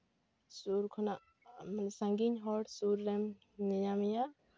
ᱥᱩᱨ ᱠᱷᱚᱱᱟᱜ ᱥᱟᱺᱜᱤᱧ ᱦᱚᱲ ᱥᱩᱨ ᱨᱮᱱ ᱧᱮᱧᱟᱢᱮᱭᱟ